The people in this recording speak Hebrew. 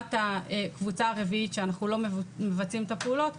לעומת הקבוצה הרביעית שאנחנו לא מבצעים את הפעולות,